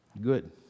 Good